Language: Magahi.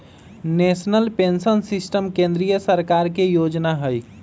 नेशनल पेंशन सिस्टम केंद्रीय सरकार के जोजना हइ